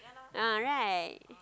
ah right